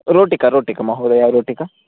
रोटिका रोटिका महोदय रोटिका